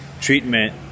treatment